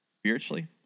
spiritually